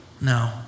No